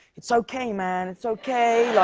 it's okay, man, it's okay.